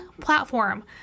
platform